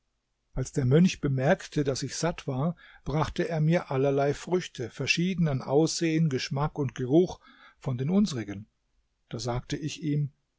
als der mönch bemerkte daß ich satt war brachte er mir allerlei früchte verschieden an aussehen geschmack und geruch von den unsrigen da sagte ich ihm